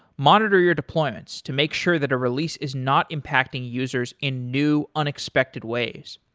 monitor your deployments to make sure that a release is not impacting users in new unexpected ways,